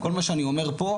כל מה שאני אומר פה,